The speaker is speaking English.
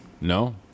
No